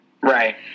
Right